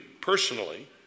personally